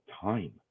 time